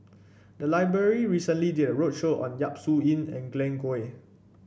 the library recently did a roadshow on Yap Su Yin and Glen Goei